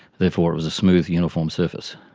therefore it was a smooth uniform surface.